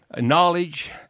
knowledge